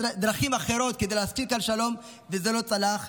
דרכים אחרות כדי להשכין כאן שלום, וזה לא צלח.